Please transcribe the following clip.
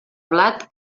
blat